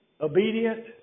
obedient